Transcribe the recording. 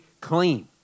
clean